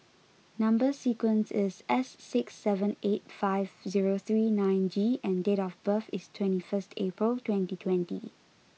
number sequence is S six seven eight five zero three nine G and date of birth is twenty first April twenty twenty